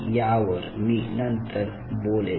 यावर मी नंतर बोलेल